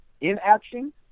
inaction